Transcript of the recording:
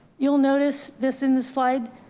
you'll notice this in the slide.